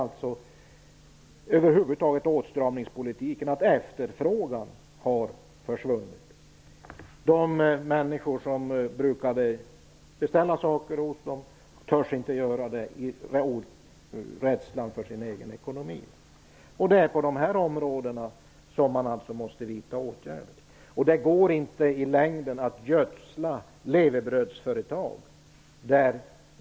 Ett tredje problem som småföretagarna pekar på är att efterfrågan har försvunnit, på grund av åtstramningspolitiken. De människor som brukade beställa saker av dem törs inte göra det nu, av rädsla för att inte klara sin egen ekonomi. Det är på de här områdena som man måste vidta åtgärder. Det går inte i längden att gödsla levebrödsföretag.